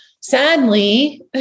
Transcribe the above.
Sadly